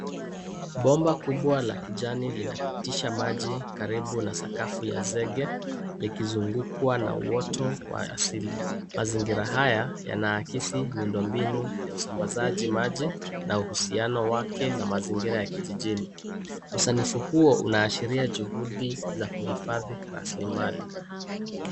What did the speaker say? Bomba kubwa la kijani linapitisha maji karibu na sakafu ya zege, likizungukwa na watu wa asili. Mazingira haya yanahakisi miundo mbinu ya usambazaji maji na uhusiano wake na mazingira ya kijijini. Usanifu huo unaashiria juhudi ya kuhifadhi raslimali.